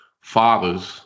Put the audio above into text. fathers